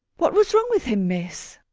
what was wrong with him, miss?